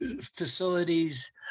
facilities